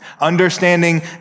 understanding